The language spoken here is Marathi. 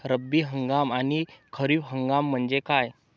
रब्बी हंगाम आणि खरीप हंगाम म्हणजे काय?